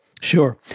Sure